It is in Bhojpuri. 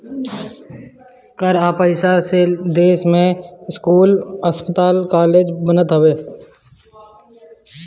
कर कअ पईसा से देस में स्कूल, अस्पताल कालेज बनत हवे